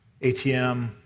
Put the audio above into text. ATM